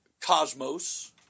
cosmos